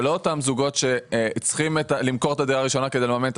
הם לא אותם הזוגות שצריכים למכור את הדירה הראשונה כדי לממן את